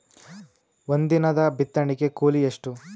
ಒಂದಿನದ ಬಿತ್ತಣಕಿ ಕೂಲಿ ಎಷ್ಟ?